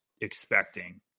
expecting